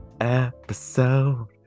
episode